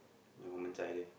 eh 我们在: wo men zai leh